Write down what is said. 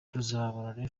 tuzamurane